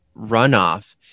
runoff